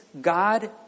God